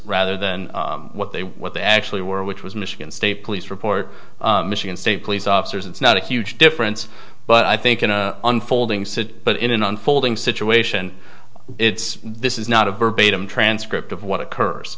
rather than what they were what they actually were which was michigan state police report michigan state police officers it's not a huge difference but i think in a unfolding sit but in an unfolding situation it's this is not a verbatim transcript of what a curse